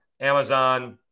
Amazon